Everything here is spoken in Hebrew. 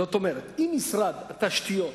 זאת אומרת, אם משרד התשתיות